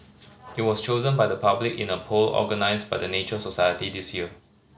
it was chosen by the public in a poll organised by the Nature Society this year